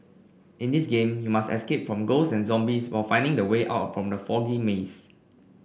in this game you must escape from ghosts and zombies while finding the way out from the foggy maze